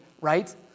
right